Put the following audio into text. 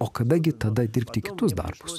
o kada gi tada dirbti kitus darbus